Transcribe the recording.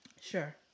Sure